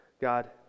God